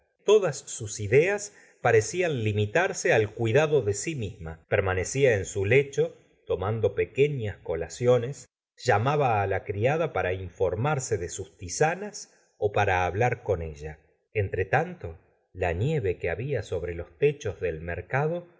todas sus ideas parecian limitarse al c uidado de gustavo flaubert si misma per i anecía en su lecho tomando pequeñas colaciones lla maba á la criada para informarse de sus tisanas ó para hablar con ella entretanto la nieve que habla sobre los techos del mercado